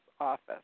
office